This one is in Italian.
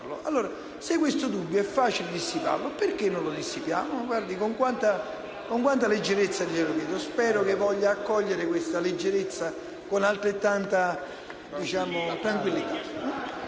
ogni minimo dubbio. Se è facile dissiparlo, perché non farlo? Vede con quanta leggerezza glielo chiedo? Spero che voglia accogliere questa leggerezza con altrettanta tranquillità.